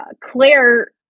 Claire